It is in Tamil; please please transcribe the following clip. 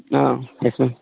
ah yes ma'am